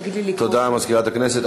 תודה למזכירת הכנסת.